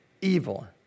evil